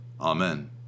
amen